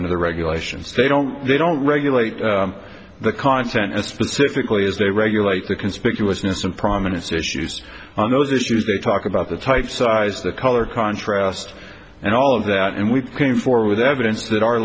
under the regulations they don't they don't regulate the content and specifically as they regulate the conspicuousness and prominence issues on those issues they talk about the type size the color contrast and all of that and we can for with evidence that